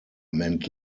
meant